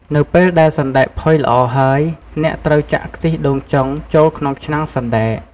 នៅពេលដែលសណ្ដែកផុយល្អហើយ អ្នកត្រូវចាក់ខ្ទិះដូងចុង ចូលក្នុងឆ្នាំងសណ្ដែក។